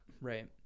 Right